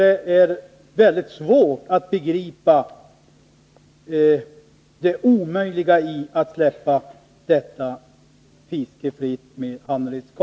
Det är väldigt svårt att begripa att det skulle vara omöjligt.